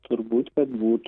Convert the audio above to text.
turbūt kad būtų